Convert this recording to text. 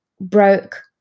broke